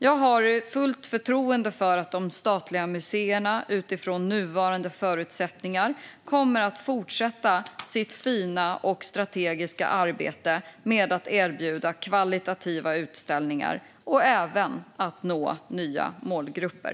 Jag har fullt förtroende för att de statliga museerna, utifrån nuvarande förutsättningar, kommer att fortsätta sitt fina och strategiska arbete med att erbjuda utställningar med hög kvalitet och även med att nå nya målgrupper.